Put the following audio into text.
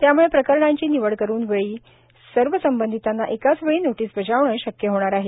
त्याम्ळं प्रकरणांची निवड करून वेळी सर्व संबंधितांना एकाचवेळी नोटीस बजावणे शक्य होणार आहे